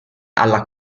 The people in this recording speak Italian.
alla